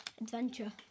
Adventure